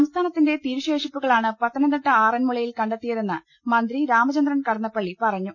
സംസ്ഥാനത്തിന്റെ തിരുശേഷിപ്പുകളാണ് പത്തനംതിട്ട ആറന്മുള യിൽ കണ്ടെത്തിയതെന്ന് മന്ത്രി രാമചന്ദ്രൻ കടന്നപ്പള്ളി പറഞ്ഞു